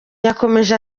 yakomeje